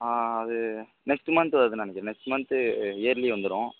ஆ அது next month வருதுன்ன நினைக்கேன் நெக்ஸ்ட் மந்த்து இயர்லி வந்துரும்